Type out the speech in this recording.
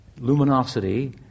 luminosity